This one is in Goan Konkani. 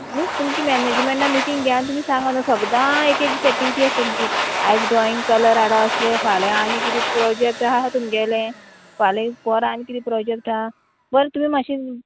मीस तुमची मॅनेजमेंटान मिटींग घे आनी तुमी सांगा न्हू सदां एक एक एक्टिविटी आसा तुमची आयज ड्रॉइंग कलर हाडा असले फाल्यां आनी किदें प्रोजेक्ट आहा तुमगेलें फाल्यां परां आनी किदें प्रोजेक्ट आहा बरें तुमी मातशें